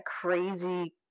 crazy